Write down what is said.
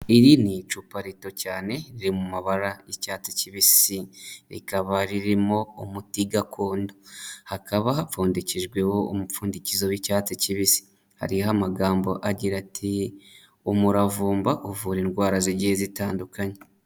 Iri ni icupa rito cyane riri mu mabara y'icyatsi kibisi, rikaba ririmo umuti gakondo, hakaba hapfundikijweho umupfundikizo w'icyatsi kibisi, hariho amagambo agira ati umuravumba uvura indwara zigiye zitandukanye.